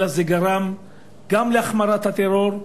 אלא גרם גם להחמרת הטרור,